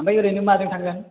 ओमफ्राय ओरैनो माजों थांगोन